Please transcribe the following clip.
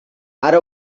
ara